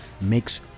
makes